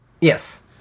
Yes